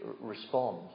respond